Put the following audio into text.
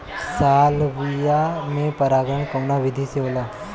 Salvia में परागण कउना विधि से होला?